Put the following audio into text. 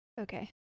okay